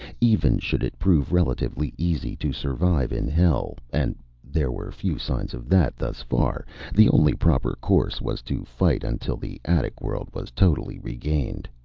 even should it prove relatively easy to survive in hell and there were few signs of that, thus far the only proper course was to fight until the attic world was totally regained.